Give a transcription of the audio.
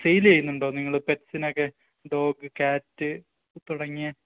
സെയിലെയ്യുന്നുണ്ടോ നിങ്ങള് പെറ്റ്സിനെയൊക്കെ dog cat തുടങ്ങിയ